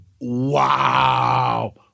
wow